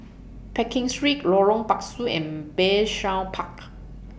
Pekin Street Lorong Pasu and Bayshore Park